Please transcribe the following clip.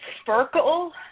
Sparkle